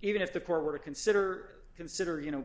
even if the court were to consider consider you know